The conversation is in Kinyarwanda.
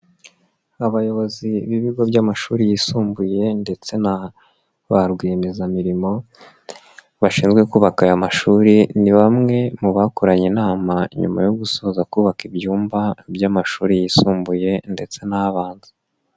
Abayobozi b'ibigo by'amashuri yisumbuye ndetse na ba rwiyemezamirimo bashinzwe kubaka aya mashuri ni bamwe mu bakoranye inama nyuma yo gusoza kubaka ibyumba by'amashuri yisumbuye ndetse n'abanza.